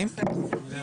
אם לא,